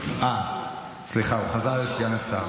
אה, סליחה, הוא חזר להיות סגן השר.